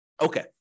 Okay